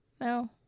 No